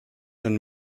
and